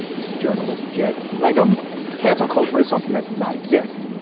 this is journalist jed lagom cancel culturists, something that does not exist.